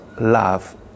love